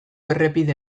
errepide